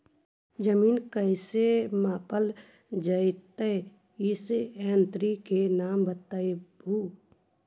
जमीन कैसे मापल जयतय इस यन्त्र के नाम बतयबु?